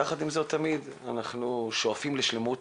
יחד עם זאת תמיד אנחנו שואפים לשלמות.